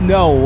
no